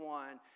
one